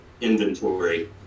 inventory